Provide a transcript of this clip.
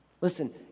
Listen